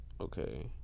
Okay